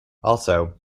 also